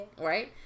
Right